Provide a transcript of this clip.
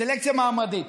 סלקציה מעמדית